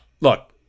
look